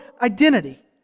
identity